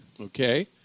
Okay